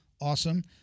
Awesome